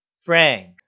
Frank